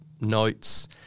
notes